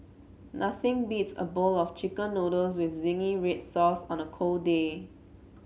nothing beats a bowl of chicken noodles with zingy red sauce on a cold day